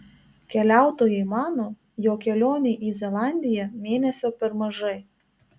keliautojai mano jog kelionei į zelandiją mėnesio per mažai